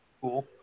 cool